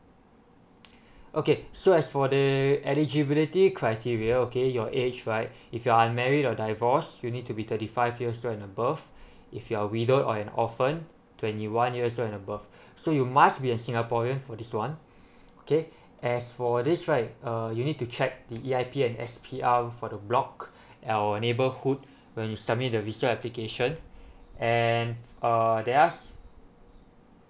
okay so as for the eligibility criteria okay your age right if you're unmarried or divorce you need to be thirty five years old and above if you're a widow or an orphan twenty one years old and above so you must be a singaporean for this one okay as for this right uh you need to check the E_I_P and S_P_R for the block at our neighbourhood when you submit the visual application and err there are some